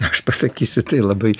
aš pasakysiu tai labai